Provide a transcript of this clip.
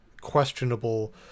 questionable